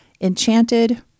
Enchanted